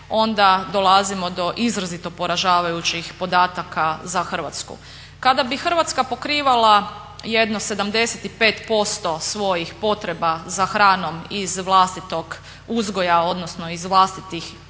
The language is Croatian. onda dolazimo do izrazito poražavajućih podataka za Hrvatsku. Kada bi Hrvatska pokrivala jedno 75% svojih potreba za hranom iz vlastitog uzgoja odnosno iz vlastitih